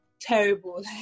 terrible